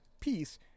Peace